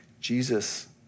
Jesus